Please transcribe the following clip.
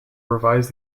revise